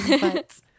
but-